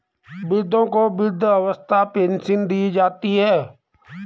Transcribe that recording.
वृद्धों को वृद्धावस्था पेंशन दी जाती है